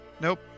Nope